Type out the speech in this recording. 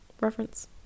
reference